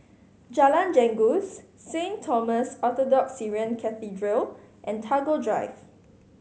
Jalan Janggus Saint Thomas Orthodox Syrian Cathedral and Tagore Drive